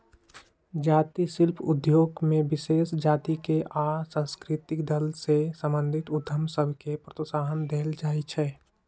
जाती शिल्प उद्योग में विशेष जातिके आ सांस्कृतिक दल से संबंधित उद्यम सभके प्रोत्साहन देल जाइ छइ